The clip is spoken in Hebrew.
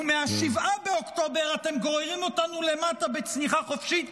ומ-7 באוקטובר אתם גוררים אותנו למטה בצניחה חופשית.